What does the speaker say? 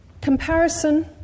Comparison